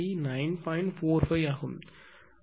45 ஆகும்